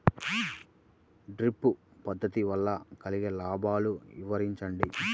Drip పద్దతి వల్ల కలిగే లాభాలు వివరించండి?